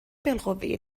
بالقوه